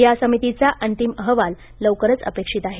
या समितीचा अंतिम अहवाल लवकरच अपेक्षित आहे